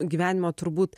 gyvenimo turbūt